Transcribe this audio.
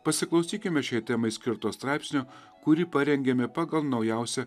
pasiklausykime šiai temai skirto straipsnio kurį parengėme pagal naujausią